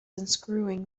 unscrewing